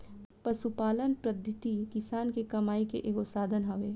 पशुपालन पद्धति किसान के कमाई के एगो साधन हवे